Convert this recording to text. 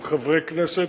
עם חברי כנסת,